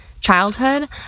childhood